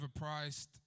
overpriced